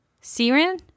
siren